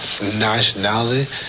nationality